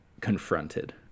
confronted